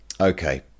Okay